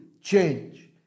change